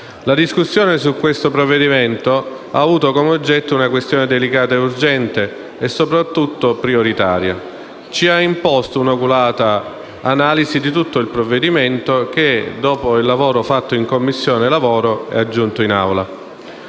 la discussione su questo provvedimento ha avuto come oggetto una questione delicata e urgente e, soprattutto, prioritaria. Ci ha imposto un’oculata analisi di tutto il provvedimento che, dopo l’attività svolta in Commissione lavoro, è giunto in Aula.